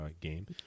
game